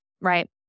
right